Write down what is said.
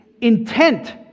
intent